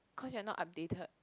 cause you're not updated